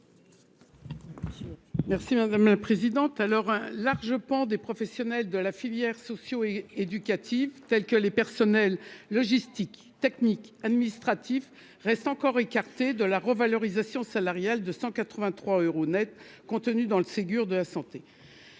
Merci madame la présidente, alors un large pan des professionnels de la filière sociaux et éducatifs tels que les personnels logistique technique administratif reste encore écarté de la revalorisation salariale de 183 euros Net contenues dans le Ségur de la santé